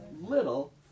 little